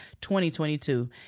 2022